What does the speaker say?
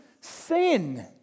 sin